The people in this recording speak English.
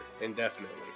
indefinitely